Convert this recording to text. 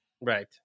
Right